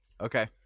Okay